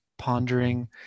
pondering